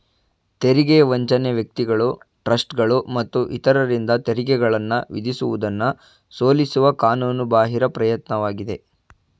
ತೆರಿಗೆ ವಂಚನೆ ವ್ಯಕ್ತಿಗಳು ಟ್ರಸ್ಟ್ಗಳು ಮತ್ತು ಇತರರಿಂದ ತೆರಿಗೆಗಳನ್ನ ವಿಧಿಸುವುದನ್ನ ಸೋಲಿಸುವ ಕಾನೂನು ಬಾಹಿರ ಪ್ರಯತ್ನವಾಗಿದೆ